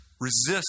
resist